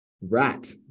Rat